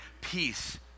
peace